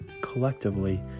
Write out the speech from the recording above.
collectively